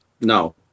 no